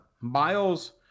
Miles